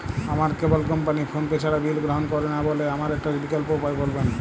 আমার cable company PhonePe ছাড়া bill গ্রহণ করে না বলে আমার একটা বিকল্প উপায় বলবেন?